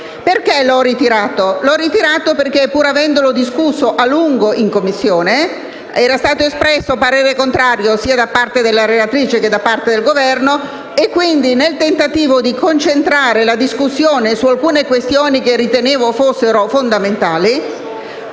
Perché l'ho ritirato? L'ho fatto perché, pur avendolo a lungo discusso in Commissione, su di esso era stato espresso parere contrario da parte sia della relatrice che del Governo. Quindi, nel tentativo di concentrare la discussione su alcune questioni che ritenevo fossero fondamentali,